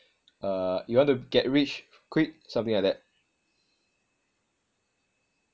uh you want to get rich quick something like that